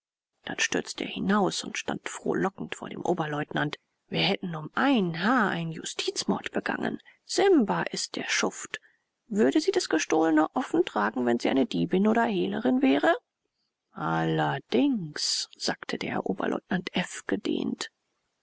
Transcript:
dann stürzte er hinaus und stand frohlockend vor dem oberleutnant wir hätten um ein haar einen justizmord begangen simba ist der schuft würde sie das gestohlene offen tragen wenn sie eine diebin oder hehlerin wäre allerdings sagte der oberleutnant f gedehnt